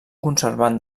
conservant